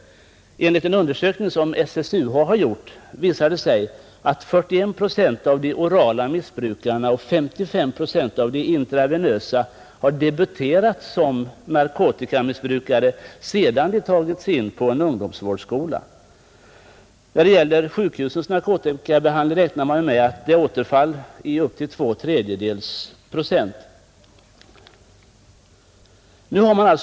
En undersökning som SSUH har gjort visar att 41 procent av de orala missbrukarna och 55 procent av de intravenösa har debuterat som narkotikamissbrukare sedan de tagits in på en ungdomsvårdsskola. När det gäller sjukhusens narkomanbehandling räknar man med att återfallsfrekvensen är två tredjedelar av samtliga intagna.